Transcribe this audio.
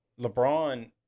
LeBron